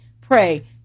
pray